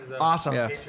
Awesome